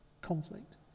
conflict